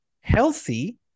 healthy